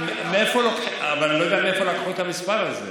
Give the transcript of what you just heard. מאי זה, אבל אני לא יודע מאיפה לקחו את המספר הזה.